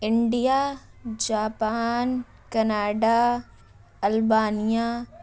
India Japan Canada Albania